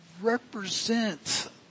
represent